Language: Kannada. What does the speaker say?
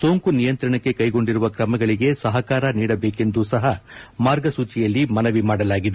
ಸೋಂಕು ನಿಯಂತ್ರಣಕ್ಕೆ ಕ್ಕೆಗೊಂಡಿರುವ ಕ್ರಮಗಳಿಗೆ ಸಹಕಾರ ನೀಡಬೇಕೆಂದು ಸಹ ಮಾರ್ಗಸೂಚಿಯಲ್ಲಿ ಮನವಿ ಮಾಡಲಾಗಿದೆ